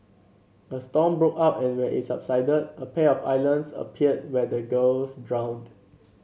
a storm broke out and when it subsided a pair of islands appeared where the girls drowned